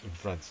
in france